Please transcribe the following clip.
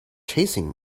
chasing